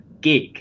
gig